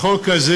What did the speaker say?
החוק הזה